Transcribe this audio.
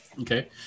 Okay